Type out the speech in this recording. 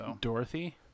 Dorothy